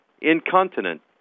incontinent